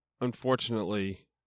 Unfortunately